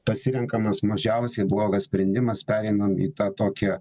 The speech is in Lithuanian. pasirenkamas mažiausiai blogas sprendimas pereinam į tą tokią